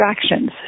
distractions